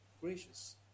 gracious